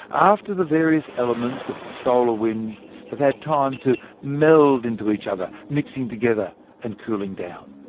after the various elements of the solar wind have had time to meld into each other, mixing together and cooling down.